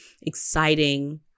exciting